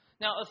Now